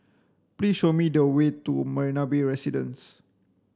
please show me the way to Marina Bay Residences